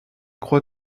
crois